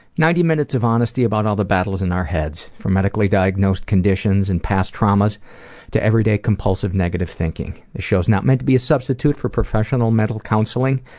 ninety minutes of honesty about all of the battles in our heads. from medically diagnosed conditions and past traumas to everyday compulsive negative thinking. this show's not meant to be a substitute for professional mental counseling,